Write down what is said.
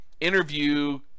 Interview